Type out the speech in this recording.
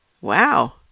Wow